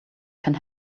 can